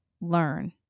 learn